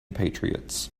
patriots